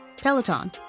Peloton